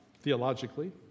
theologically